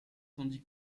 tandis